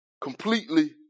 completely